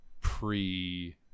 pre